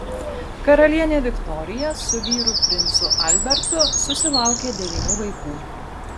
karalienė viktorija su vyru princu albertu susilaukė devynių vaikų